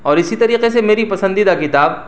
اور اسی طریقے سے میری پسندیدہ کتاب